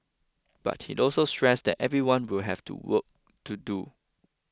but he also stressed that everyone will have to work to do